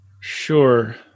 Sure